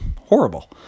horrible